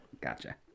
gotcha